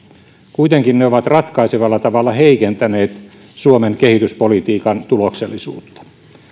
kuitenkin ne ovat ratkaisevalla tavalla heikentäneet suomen kehityspolitiikan tuloksellisuutta